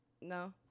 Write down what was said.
No